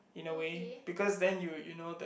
in a way because then you you know that